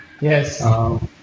Yes